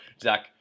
Zach